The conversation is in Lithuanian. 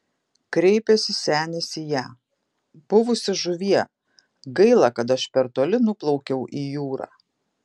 kreipėsi senis į ją buvusi žuvie gaila kad aš per toli nuplaukiau į jūrą